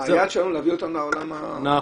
היעד שלנו להביא אותם לעולם ה --- נכון.